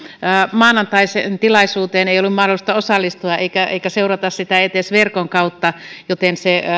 maanantaiseen tilaisuuteen ei ollut mahdollista osallistua eikä eikä seurata sitä edes verkon kautta joten se